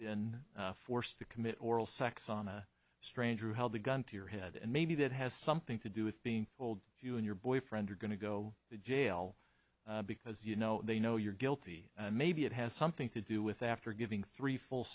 been forced to commit oral sex on a stranger who held a gun to your head and maybe that has something to do with being told if you and your boyfriend are going to go to jail because you know they know you're guilty maybe it has something to do with after giving three f